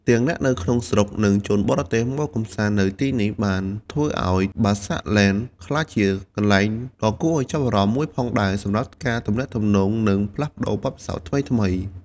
ទាំងអ្នកនៅក្នុងស្រុក និងជនបរទេសមកកម្សាន្តនៅទីនេះ បានធ្វើឱ្យ បាសាក់ ឡេន ក្លាយជាកន្លែងដ៏គួរឱ្យចាប់អារម្មណ៍មួយផងដែរសម្រាប់ការទំនាក់ទំនង និងផ្លាស់ប្តូរបទពិសោធន៍ថ្មីៗ។